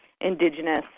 indigenous